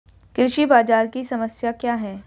कृषि बाजार की समस्या क्या है?